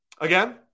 again